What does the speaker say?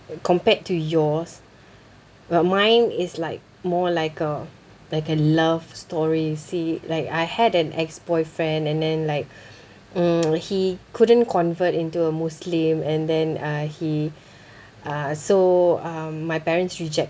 compared to yours but mine is like more like a like a love story you see like I had an ex-boyfriend and then like mm he couldn't convert into a muslim and then uh he uh so um my parents rejected